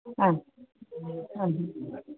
ആ ആ